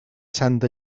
santa